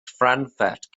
frankfurt